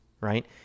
right